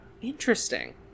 Interesting